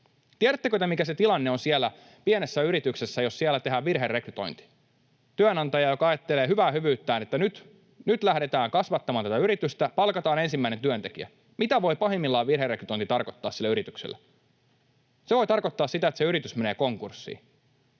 Tiedättekö te, mikä se tilanne on siellä pienessä yrityksessä, jos siellä tehdään virherekrytointi? Työnantaja, joka ajattelee hyvää hyvyyttään, että nyt lähdetään kasvattamaan tätä yritystä, palkataan ensimmäinen työntekijä. Mitä voi pahimmillaan virherekrytointi tarkoittaa sille yritykselle? Se voi tarkoittaa sitä, että se yritys menee konkurssiin.